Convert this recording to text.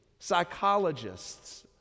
psychologists